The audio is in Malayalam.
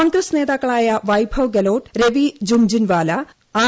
കോൺഗ്രസ് നേതാക്കളും വൈദവ് ഗെലോട്ട് രവി ജുംജുൺപാല ആർ